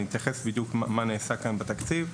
אני אתייחס בדיוק למה נעשה כאן בתקציב.